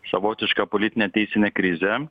savotišką politinę teisinę krizę